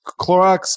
Clorox